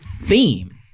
Theme